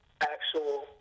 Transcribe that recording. actual